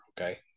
Okay